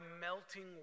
melting